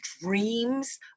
dreams